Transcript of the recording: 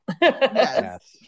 Yes